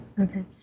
Okay